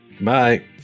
Bye